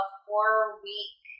four-week